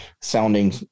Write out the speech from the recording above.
sounding